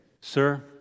Sir